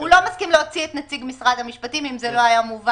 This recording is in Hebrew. הוא לא מסכים להוציא את נציג משרד המשפטים אם זה לא היה מובן.